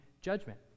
judgment